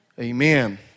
Amen